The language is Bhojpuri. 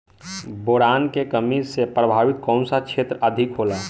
बोरान के कमी से प्रभावित कौन सा क्षेत्र अधिक होला?